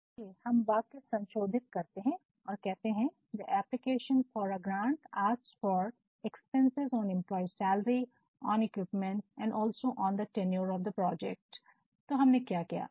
तो चलिए हम वाक्य संशोधित करते हैं और कहते हैं the application for a grant ask for expenses on employee salaries on equipment and also on the tenure of the project " अनुदान के लिए आवेदन कर्मचारियों के वेतन पर खर्च उपकरणों पर खर्च और प्रोजेक्ट की अवधी पर जानकारी चाहता है